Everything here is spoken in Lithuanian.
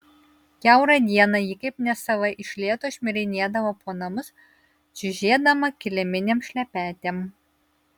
kiaurą dieną ji kaip nesava iš lėto šmirinėdavo po namus čiužėdama kiliminėm šlepetėm